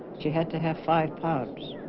she had to have five pubs